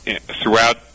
Throughout